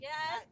Yes